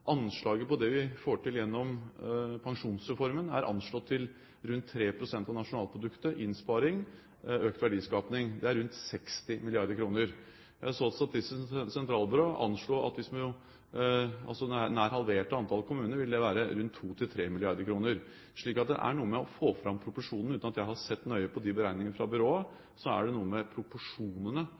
Det vi får til gjennom Pensjonsreformen, er anslått til rundt 3 pst. av nasjonalproduktet – innsparing, økt verdiskaping. Det er rundt 60 mrd. kr. Men så har Statistisk sentralbyrå anslått at med nær halvert antall kommuner vil det være rundt 2–3 mrd. kr., slik at det er noe med å få fram proporsjonene. Uten at jeg har sett nøye på de beregningene fra byrået, er det noe med proporsjonene